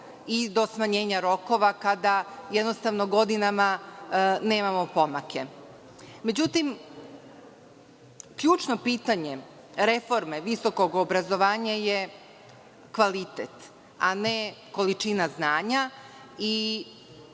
i do smanjenja rokova, kada godinama nemamo pomake? Međutim, ključno pitanje reforme visokog obrazovanja je kvalitet, a ne količina znanja i